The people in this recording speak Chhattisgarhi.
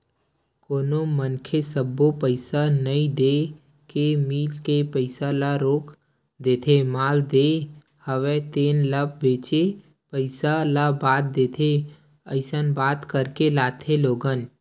कोनो मनखे सब्बो पइसा नइ देय के मील के पइसा ल रोक देथे माल लेय हवे तेन ल बेंचे पइसा ल बाद देथे अइसन बात करके लाथे लोगन